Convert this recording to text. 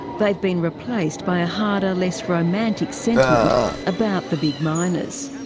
they've been replaced by a harder, less romantic sentiment about the big miners,